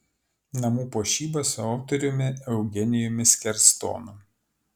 namų puošyba su autoriumi eugenijumi skerstonu